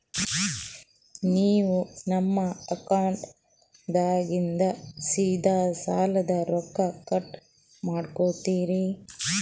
ನೀವು ನಮ್ಮ ಅಕೌಂಟದಾಗಿಂದ ಸೀದಾ ಸಾಲದ ರೊಕ್ಕ ಕಟ್ ಮಾಡ್ಕೋತೀರಿ?